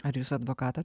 ar jūs advokatą